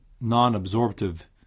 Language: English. non-absorptive